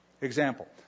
Example